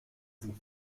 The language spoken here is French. vous